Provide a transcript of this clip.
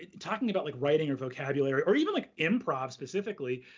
talking about like writing or vocabulary, or even like improv specifically,